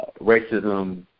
racism